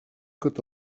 kot